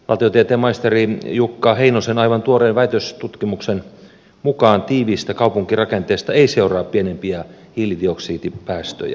valtiotieteen maisteri jukka heinosen aivan tuoreen väitöstutkimuksen mukaan tiiviistä kaupunkirakenteesta ei seuraa pienempiä hiilidioksidipäästöjä